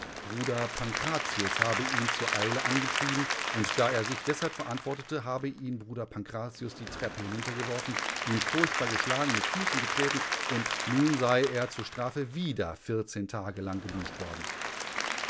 bruder pankratius habe ihn zur eile angetrieben und da er sich deshalb verantwortete habe ihn bruder pankratius die treppe hinuntergeworfen ihn furchtbar geschlagen mit füßen getreten und nun sei er zur strafe wieder tage lang geduscht worden